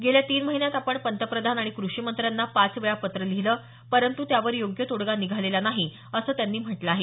गेल्या तीन महिन्यांत आपण पंतप्रधान आणि कृषिमंत्र्यांना पाच वेळा पत्र लिहिले परंतू त्यावर योग्य तोडगा निघालेला नाही असं त्यांनी म्हटलं आहे